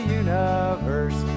universe